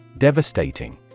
Devastating